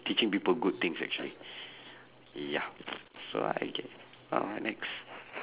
teaching people good things actually ya so I gue~ uh next